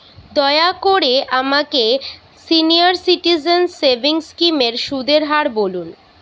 দয়া করে আমাকে সিনিয়র সিটিজেন সেভিংস স্কিমের সুদের হার বলুন